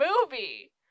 movie